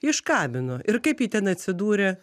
iš kamino ir kaip ji ten atsidūrė